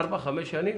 ארבע-חמש שנים?